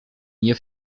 nie